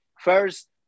First